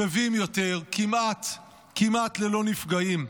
שלווים יותר, כמעט ללא נפגעים.